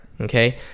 okay